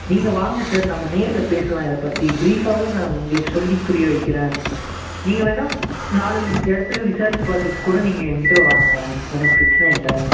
நீங்கள் வாங்க சார் நம்ம நேரில் பேசலாம் இதை பற்றி ப்ரீஃபாகவே நான் உங்களுக்கு சொல்லி புரிய வைக்கிறேன் நீங்கள் வேணால் நாலு இடத்துல விசாரிச்சு பார்த்துட்டு கூட நீங்கள் என்கிட்டே வாங்க எனக்கு பிரச்சின இல்லை